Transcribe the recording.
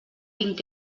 vint